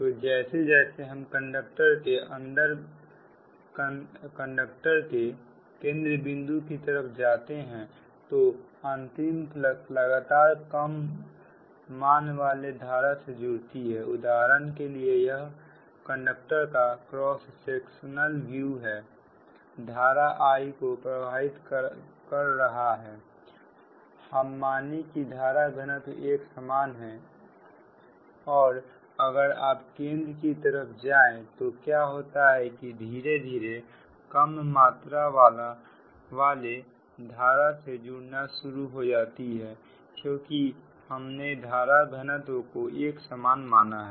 तो जैसे जैसे हम कंडक्टर के केंद्र बिंदु की तरफ जाते हैं तो अंतरिम फ्लक्स लगातार कम मान वाले धारा से जुड़ती है उदाहरण के लिए यह कंडक्टर का क्रॉस सेक्शनल व्यू है धारा I को प्रवाहित कर रहा है हम माने की धारा घनत्व एक समान है और अगर आप केंद्र की तरफ जाएं तो क्या होता है कि यह धीरे धीरे कम मात्रा वाले धारा से जुड़ना शुरू हो जाती है क्योंकि हमने धारा घनत्व को एक समान माना है